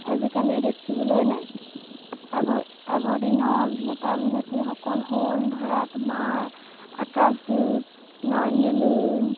আজিকালি দেখিবলৈ নাই আগৰ আগৰ দিনৰ অভিনেতা অভিনেত্ৰীসকল হ'ল ধৰা তোমাৰ আকাশ দিপ নয়ন নিলিম